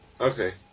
Okay